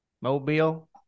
Mobile